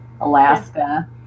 Alaska